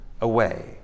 away